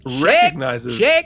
recognizes